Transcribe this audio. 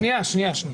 תהיה אתי רגע.